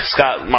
Scott